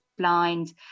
blind